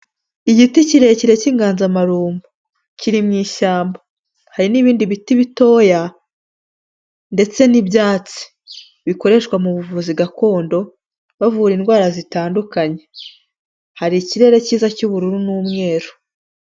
Igiti kirekire cy'inganzamarumbu, kiri mu ishyamba, hari n'ibindi biti bitoya ndetse n'ibyatsi bikoreshwa mu buvuzi gakondo bavura indwara zitandukanye, hari ikirere cyiza cy'ubururu n'umweru.